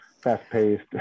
fast-paced